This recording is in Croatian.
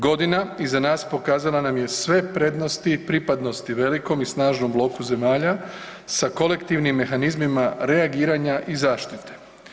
Godina iza nas pokazala nam je sve prednosti pripadnosti velikom i snažnom bloku zemalja sa kolektivnim mehanizmima reagiranja i zaštite.